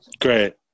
Great